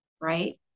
right